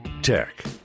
Tech